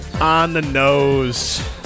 on-the-nose